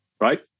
right